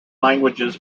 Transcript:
languages